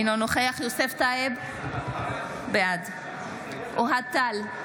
אינו נוכח יוסף טייב, בעד אוהד טל,